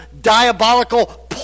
diabolical